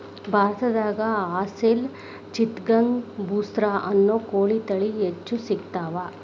ಭಾರತದಾಗ ಅಸೇಲ್ ಚಿತ್ತಗಾಂಗ್ ಬುಸ್ರಾ ಅನ್ನೋ ಕೋಳಿ ತಳಿಗಳು ಹೆಚ್ಚ್ ಸಿಗತಾವ